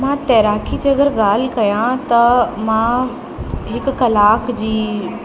मां तैराकी जी अगरि ॻाल्हि कया त मां हिकु कलाक जी